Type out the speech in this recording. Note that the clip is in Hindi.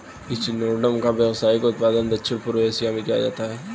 इचिनोडर्म का व्यावसायिक उत्पादन दक्षिण पूर्व एशिया में किया जाता है